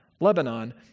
Lebanon